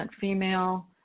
female